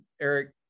Eric